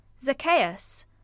Zacchaeus